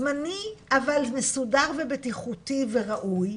זמני, אבל מסודר ובטיחותי וראוי,